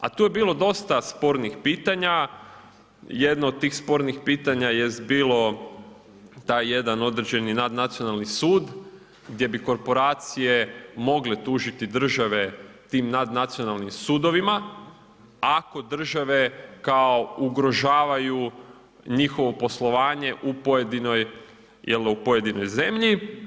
A tu je bilo dosta spornih pitanja, jedno od tih spornih pitanje jest bilo taj jedan određeni nadnacionalni sud gdje bi korporacije mogle tužiti države tim nadnacionalnim sudovima ako države kao ugrožavaju njihovo poslovanje u pojedinoj zemlji.